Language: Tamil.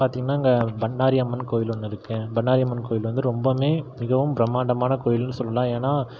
பார்த்திங்கன்னா இங்கே பண்ணாரியம்மன் கோவில் ஒன்று இருக்கு பண்ணாரியம்மன் கோயில் வந்து ரொம்பவுமே மிகவும் பிரமாண்டமான கோயில்னு சொல்லலாம் ஏன்னா